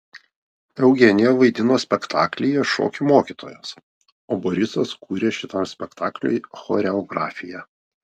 eugenija vaidino spektaklyje šokių mokytojas o borisas kūrė šitam spektakliui choreografiją